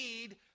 need